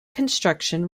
construction